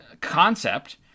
concept